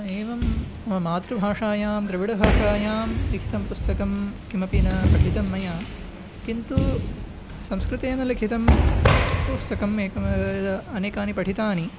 एवं मम मातृभाषायां द्रविडभाषायां लिखितं पुस्तकं किमपि न पठितं मया किन्तु संस्कृतेन लिखितं पुस्तकं एकम् अनेकानि पठितानि